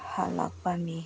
ꯍꯜꯂꯛꯄ ꯃꯤ